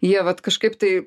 jie vat kažkaip tai